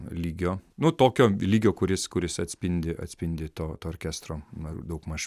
lygio nu tokio lygio kuris kuris atspindi atspindi to to orkestro na daugmaž